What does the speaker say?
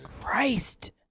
Christ